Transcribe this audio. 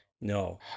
No